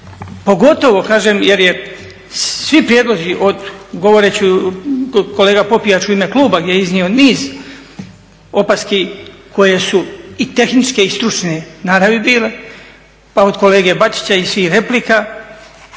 pogotovo kažem jer svi prijedlozi govoreći kolega Popijač u ime kluba gdje je iznio niz opaski koje su i tehničke i stručne naravi bile, pa od kolega Bačića i svih replika